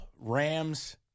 Rams